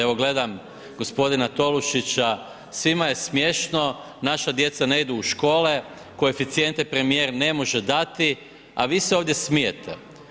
Evo gledam gospodina Tolušića, svima je smiješno, naša djeca ne idu u škole, koeficijente premijer ne može dati, a vi se ovdje smijete.